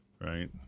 right